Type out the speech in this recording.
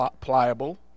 pliable